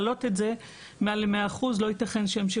מעל ל-100%, כי זה לא ייתכן.